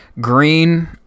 Green